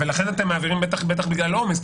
לכן אתם מעבירים בטח בגלל עומס,